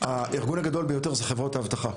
הארגון הגדול ביותר זה חברות האבטחה.